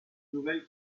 nouvelle